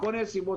מכל מיני סיבות,